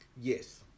yes